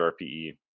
RPE